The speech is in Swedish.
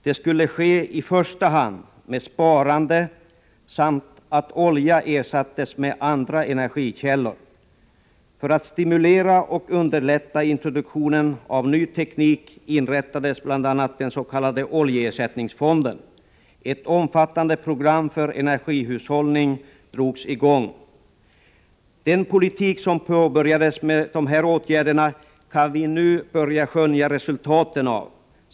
Detta skulle i första hand ske med sparande samt genom att olja ersattes med andra energikällor. För att stimulera och underlätta introduktionen av ny teknik inrättades bl.a. den s.k. Oljeersättningsfonden. Ett omfattande program för energihushållning drogs i gång. Den politik som påbörjades med dessa åtgärder kan vi nu börja skönja resultaten av.